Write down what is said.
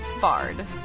bard